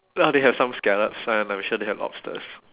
ah they have some scallops and I'm sure they have lobsters